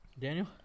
Daniel